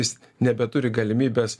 jis nebeturi galimybės